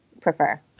prefer